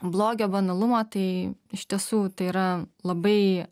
blogio banalumo tai iš tiesų tai yra labai